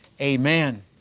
Amen